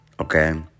Okay